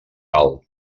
alt